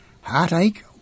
heartache